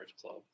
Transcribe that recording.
Club